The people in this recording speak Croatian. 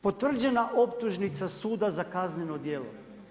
Potvrđena optužnica suda za kazneno djelo.